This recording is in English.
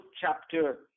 chapter